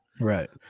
Right